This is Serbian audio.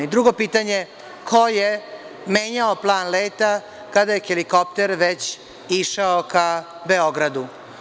Drugo pitanje – ko je menjao plan leta kada je helikopter već išao ka Beogradu?